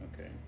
okay